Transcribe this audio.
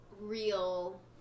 real